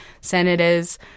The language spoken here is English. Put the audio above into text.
senators